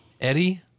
Eddie